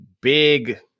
big